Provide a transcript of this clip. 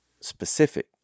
specific